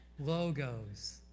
logos